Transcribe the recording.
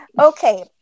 Okay